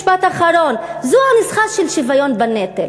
משפט אחרון: זו הנוסחה של שוויון בנטל,